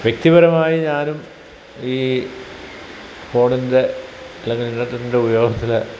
വ്യക്തിപരമായി ഞാനും ഈ ഫോണിൻ്റെ അല്ലെങ്കില് ഇൻറ്റെനെറ്റിൻ്റെ ഉപയോഗത്തില്